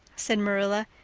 said marilla,